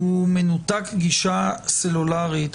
מנותק גישה סלולרית?